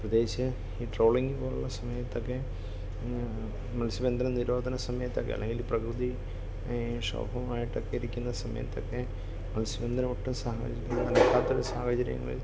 പ്രത്യേകിച്ച് ഈ ട്രോളിംഗ് പോലുള്ള സമയത്തൊക്കെ മത്സ്യബന്ധന നിരോധന സമയത്തൊക്കെ അല്ലെങ്കിൽ പ്രകൃതി ക്ഷോഭമായിട്ടൊക്കെ ഇരിക്കുന്ന സമയത്തൊക്കെ മത്സ്യബന്ധനം ഒട്ടും സാഹചര്യം നടക്കാത്തൊരു സാഹചര്യങ്ങളിൽ